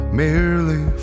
merely